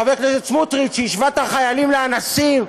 חבר הכנסת סמוטריץ, שהשווה את החיילים לאנסים.